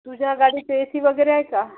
तुझ्या गाडीचं A C वगैरे आहे का